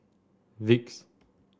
Vicks